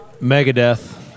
Megadeth